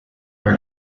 are